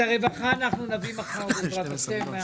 את הרווחה נביא מחר בעז"ה,